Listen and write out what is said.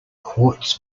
quartz